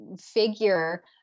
figure